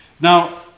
Now